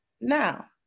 Now